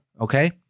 okay